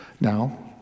Now